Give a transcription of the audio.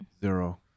zero